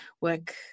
work